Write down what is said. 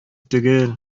түгел